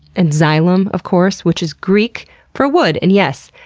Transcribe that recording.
and xylem, of course, which is greek for wood. and yes,